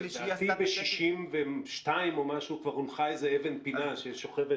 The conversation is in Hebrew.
לדעתי ב-62' כבר הונחה איזו אבן-פינה ששוכבת.